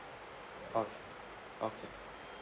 okay okay